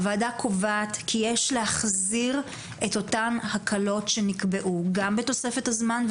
הוועדה קובעת כי יש להחזיר את אותן הקלות שנקבעו גם בתוספת הזמן,